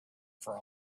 for